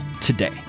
today